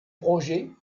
projet